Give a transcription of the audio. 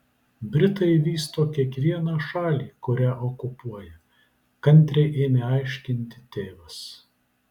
britai vysto kiekvieną šalį kurią okupuoja kantriai ėmė aiškinti tėvas